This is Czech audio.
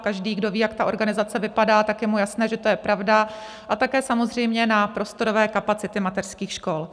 Každý, kdo ví, jak ta organizace vypadá, tak je mu jasné, že to je pravda, a také samozřejmě na prostorové kapacity mateřských škol.